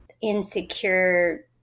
insecure